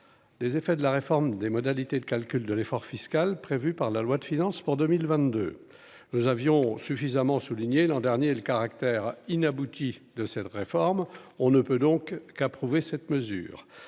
les effets de la réforme des modalités de calcul de l'effort fiscal prévu par la loi de finances pour 2022 nous avions suffisamment souligné l'an dernier le caractère inabouti de cette réforme, on ne peut donc qu'approuver cette mesure,